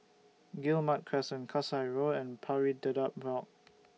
Guillemard Crescent Kasai Road and Pari Dedap Walk